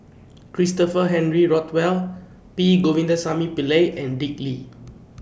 Christopher Henry Rothwell P Govindasamy Pillai and Dick Lee